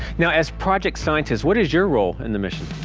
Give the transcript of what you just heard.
now as project scientist, what is your role in the mission?